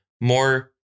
more